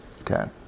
Okay